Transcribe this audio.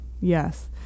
Yes